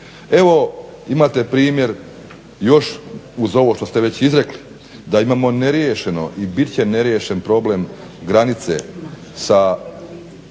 Evo imate primjer još uz ovo što ste već izrekli, da imamo neriješeno i bit će neriješen problem granice sa